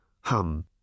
hum